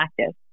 active